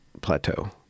plateau